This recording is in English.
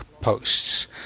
posts